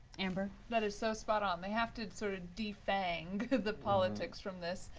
amber. that is so spot on. they have to sort of defang the politics from this.